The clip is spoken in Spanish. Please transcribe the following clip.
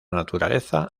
naturaleza